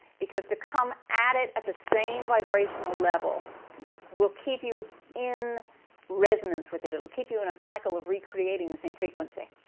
because to come at it at the same vibrational level will keep you in resonance with it. it will keep you in a cycle of recreating the same frequency.